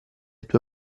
tue